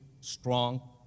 strong